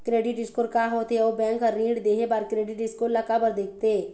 Credit score का होथे अउ बैंक हर ऋण देहे बार क्रेडिट स्कोर ला काबर देखते?